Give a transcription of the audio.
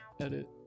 edit